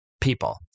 people